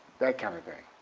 that kind of thing,